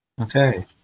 Okay